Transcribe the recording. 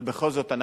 אבל בכל זאת,